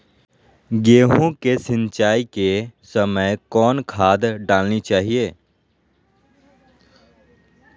गेंहू के सिंचाई के समय कौन खाद डालनी चाइये?